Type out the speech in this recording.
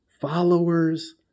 Followers